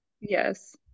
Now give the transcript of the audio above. yes